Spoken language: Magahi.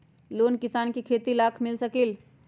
लोन किसान के खेती लाख मिल सकील?